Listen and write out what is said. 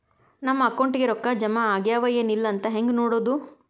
ನಮ್ಮ ಅಕೌಂಟಿಗೆ ರೊಕ್ಕ ಜಮಾ ಆಗ್ಯಾವ ಏನ್ ಇಲ್ಲ ಅಂತ ಹೆಂಗ್ ನೋಡೋದು?